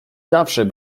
zawsze